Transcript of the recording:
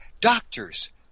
doctors